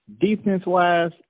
Defense-wise